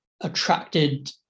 attracted